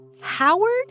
Howard